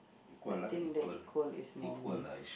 I think that equal is more me